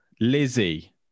Lizzie